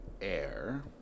air